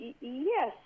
yes